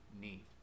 need